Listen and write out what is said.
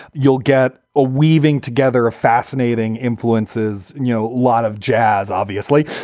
you'll get a weaving together of fascinating influences. and, you know, a lot of jazz, obviously,